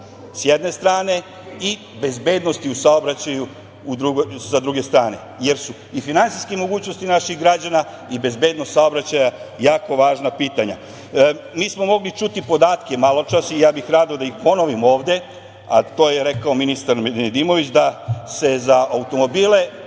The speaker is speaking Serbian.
sa jedne strane i bezbednosti u saobraćaju sa druge strane, jer su i finansijske mogućnosti naših građana i bezbednost saobraćaja jako važna pitanja. Mogli smo čuti podatke maločas i ja bih rado da ih ponovim ovde, a to je rekao ministar Nedimović, da se za automobile